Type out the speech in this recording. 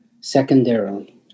secondarily